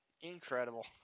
Incredible